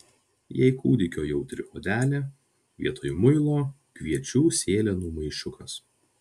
jei kūdikio jautri odelė vietoj muilo kviečių sėlenų maišiukas